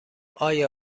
آیا